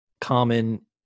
common